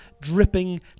dripping